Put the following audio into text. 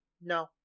No